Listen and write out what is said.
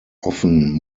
often